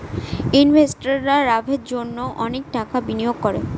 ইনভেস্টাররা লাভের জন্য অনেক টাকা বিনিয়োগ করে